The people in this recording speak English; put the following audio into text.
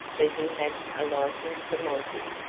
for he had a liking for monty,